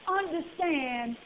understand